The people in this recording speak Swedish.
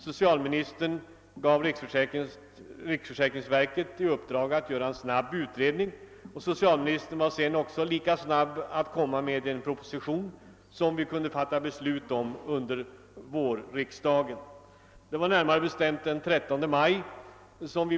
Socialministern gav riksförsäkringsverket i uppdrag att göra en snabbutredning, och socialministern var sedan lika snabb att komma med en proposition som vi kunde fatta beslut om under vårriksdagen; det skedde närmare bestämt den 13 maj.